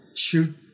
shoot